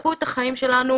הפכו את החיים שלנו,